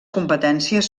competències